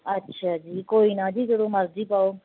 ਅੱਛਾ ਜੀ ਕੋਈ ਨਾ ਜੀ ਜਦੋਂ ਮਰਜ਼ੀ ਪਾਓ